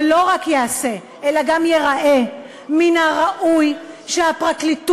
ולא רק ייעשה אלא גם ייראה, מן הראוי שהפרקליטות,